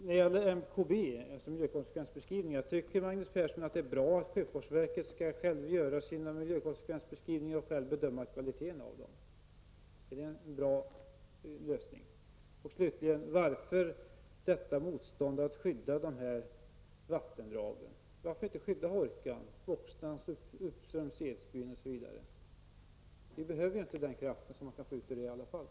Vad beträffar miljökonsekvensbeskrivningar tycker jag att det finns skäl att ställa frågan: Är det en bra lösning att sjöfartsverket gör sina egna miljökonsekvensbeskrivningar och att verket självt bedömer kvaliteten hos dem? Och slutligen: Varför detta motstånd mot att skydda Hårkan, Voxnan uppströms Edsbyn, osv.? Vi behöver inte den kraft som vi kan få ut där i alla fall.